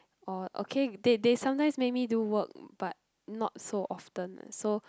or okay they they sometimes made me do work but not so often so